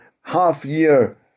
half-year